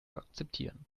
akzeptieren